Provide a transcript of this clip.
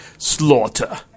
Slaughter